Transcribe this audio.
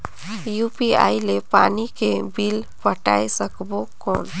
UPI ले पानी के बिल पटाय सकबो कौन?